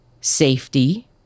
safety